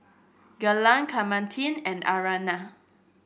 Glen Clementine and Aryana